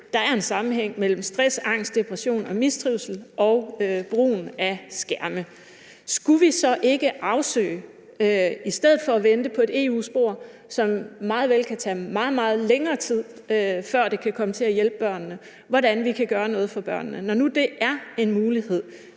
der er en sammenhæng mellem stress, angst, depression og mistrivsel og brugen af skærme. Skulle vi så ikke i stedet for at vente på et EU-spor, som meget vel kan tage meget, meget længere tid, før det kan komme til at hjælpe børnene, afsøge, hvordan vi kan gøre noget for børnene? Når nu det er en mulighed,